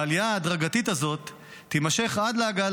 והעלייה ההדרגתית הזאת תימשך עד להגעה